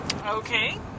Okay